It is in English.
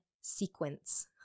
sequence